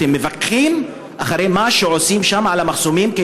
אתם מפקחים אחרי מה שעושים שם במחסומים,